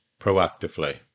proactively